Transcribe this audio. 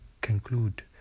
conclude